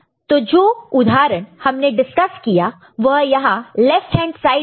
तो जो उदाहरण हमने डिस्कस किया वह यहां लेफ्ट हैंड साइड में है